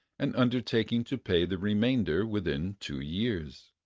and undertaking to pay the remainder within two years.